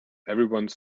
everyone